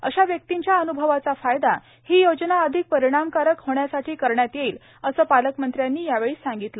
अशा व्यक्तींच्या अनुभवाचा फायदा ही योजना अधिक परिणामकारक होण्यासाठी करण्यात येईल असं पालकमंत्री यावेळी म्हणाले